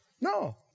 no